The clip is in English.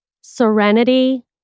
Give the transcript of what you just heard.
serenity